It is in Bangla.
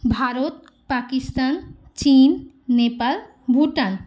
ভারত পাকিস্তান চীন নেপাল ভূটান